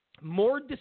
more